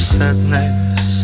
sadness